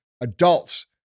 adults